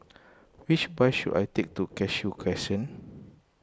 which bus should I take to Cashew Crescent